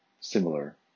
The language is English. similar